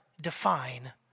define